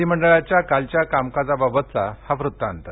विधी मंडळाच्या कालच्या कामकाजाबाबतचा हा वृत्तांत